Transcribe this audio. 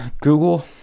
Google